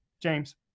James